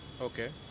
Okay